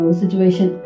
situation